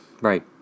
Right